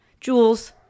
jules